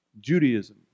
Judaism